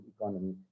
economy